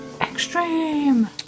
Extreme